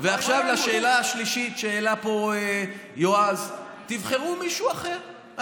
ועכשיו לשאלה השלישית שהעלה פה יועז: תבחרו מישהו אחר.